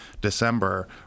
December